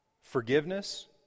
forgiveness